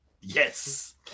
Yes